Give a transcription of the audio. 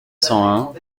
cent